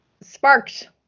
sparked